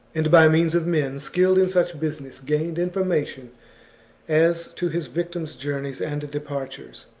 and, by means of men skilled in such business, gained information as to his victim's journeys and departures,